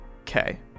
Okay